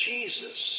Jesus